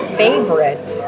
favorite